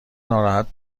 ناراحت